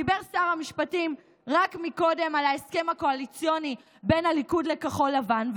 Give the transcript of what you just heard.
דיבר שר המשפטים רק קודם על ההסכם הקואליציוני בין הליכוד לכחול לבן,